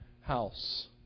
house